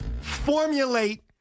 formulate